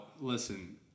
listen